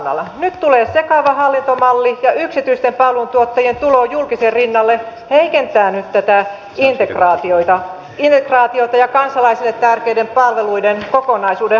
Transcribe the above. nyt tulee sekava hallintomalli ja yksityisten palveluntuottajien tulo julkisen rinnalle heikentää nyt tätä integraatiota ja kansalaisille tärkeiden palveluiden kokonaisuuden hahmottamista